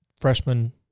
Freshman